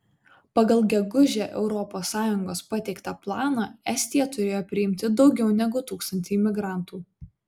pagal gegužę europos sąjungos pateiktą planą estija turėjo priimti daugiau negu tūkstantį imigrantų